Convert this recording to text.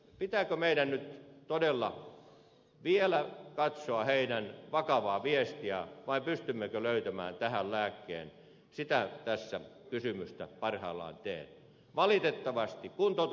pitääkö meidän nyt todella vielä katsoa heidän vakavaa viestiään vai pystymmekö löytämään tähän lääkkeen sitä kysymystä tässä parhaillaan teen